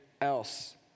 else